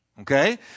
Okay